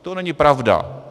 To není pravda.